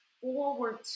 forward